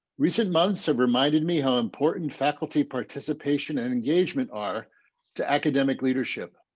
recent months have reminded me how important faculty participation and engagement. are to academic leadership.